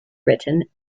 written